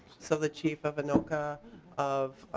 so the chief of anoka of